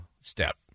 step